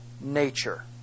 nature